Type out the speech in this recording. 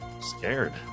scared